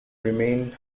remain